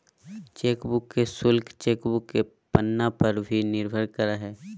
chequebook के शुल्क chequebook के पन्ना पर भी निर्भर करा हइ